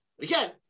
Again